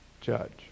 judge